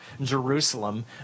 Jerusalem